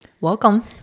Welcome